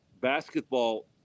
basketball